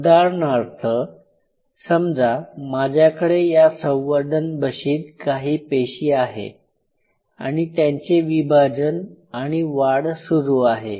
उदाहरणार्थ समजा माझ्याकडे या संवर्धन बशीत काही पेशी आहे आणि त्यांचे विभाजन आणि वाढ सुरू आहे